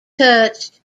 touched